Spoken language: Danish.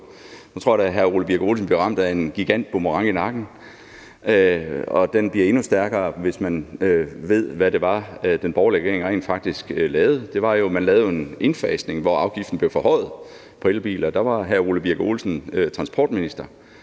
Nu tror jeg da, at hr. Ole Birk Olesen bliver ramt af en gigantisk boomerang i nakken, og den bliver endnu stærkere, hvis man ved, hvad det var, den borgerlige regering rent faktisk lavede. Man lavede jo en indfasning, hvor afgiften på elbiler blev forhøjet. Da var hr. Ole Birk Olesen transportminister.